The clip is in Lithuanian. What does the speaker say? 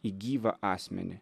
į gyvą asmenį